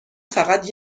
فقط